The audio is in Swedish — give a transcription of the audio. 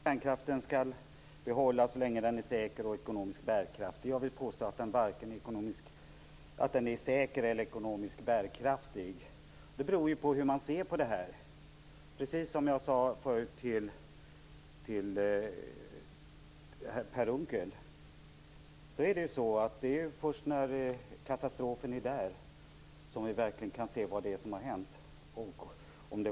Herr talman! Christel Anderberg säger att kärnkraften skall behållas så länge den är säker och ekonomiskt bärkraftig. Jag vill påstå att den varken är säker eller ekonomiskt bärkraftig. Det beror ju på hur man ser på det här. Precis som jag förut sade till Per Unckel: Det är först när katastrofen har inträffat som vi verkligen kan se vad som har hänt.